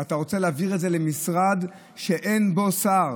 ואתה רוצה להעביר את זה למשרד שאין בו שר